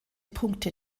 punkte